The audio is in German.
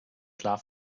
klar